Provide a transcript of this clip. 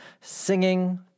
singing